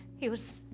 he was.